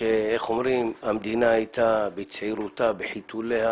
כשהמדינה הייתה בצעירותה, בחיתוליה.